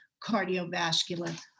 cardiovascular